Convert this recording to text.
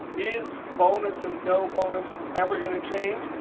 is bonus and no bonus ever going to change?